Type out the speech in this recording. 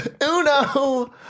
Uno